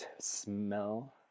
smell